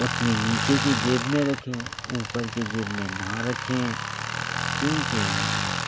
اپنے نیچے کی جیب میں رکھیں اوپر کی جیب میں نہ رکھیں کیونکہ